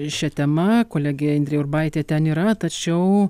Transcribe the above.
šia tema kolegė indrė urbaitė ten yra tačiau